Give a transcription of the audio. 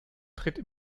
tritt